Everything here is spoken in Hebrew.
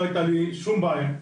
לא הייתה לי שום בעיה.